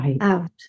out